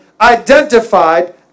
identified